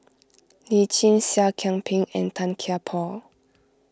Lee Tjin Seah Kian Peng and Tan Kian Por